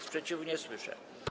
Sprzeciwu nie słyszę.